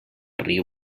riu